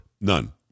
None